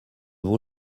vos